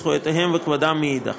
זכויותיהם וכבודם מצד שני.